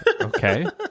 okay